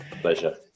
Pleasure